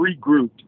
regrouped